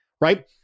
right